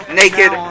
naked